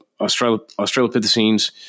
Australopithecines